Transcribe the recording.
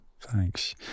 thanks